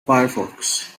firefox